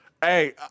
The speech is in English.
Hey